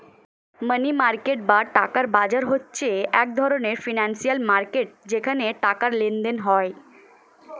মানি market বা টাকার বাজার হচ্ছে এক ধরণের ফিনান্সিয়াল মার্কেট যেখানে টাকার লেনদেন হয়